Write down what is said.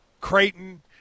Creighton